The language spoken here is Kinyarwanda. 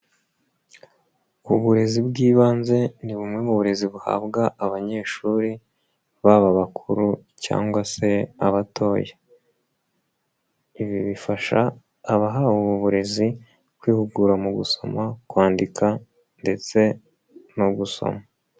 Uburezi bw'ibanze ni bumwe mu burezi buhabwa abanyeshuri, baba bakuru cyangwa se abatoya, ibi bifasha abahawe ubu burezi kwihugura mu gusoma, kwandika ndetse no gusoma.